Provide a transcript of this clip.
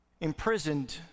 imprisoned